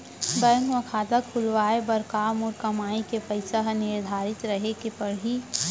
Bank म खाता खुलवाये बर का मोर कमाई के पइसा ह निर्धारित रहे के पड़ही?